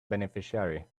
beneficiary